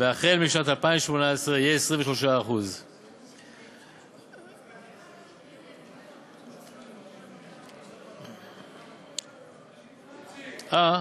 והחל משנת 2018 הוא יהיה 23%. איציק,